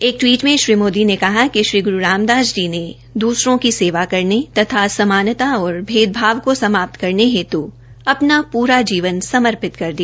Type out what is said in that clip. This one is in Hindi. एक टवीट में श्री मोदी ने कहा कि श्री ग्रू रामदास जी ने दूसरों की सेवा करने तथा असमानता और भेदभाव को समाप्त करने हेतु अपना पूरा जीवन समर्पित कर दिया